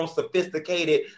sophisticated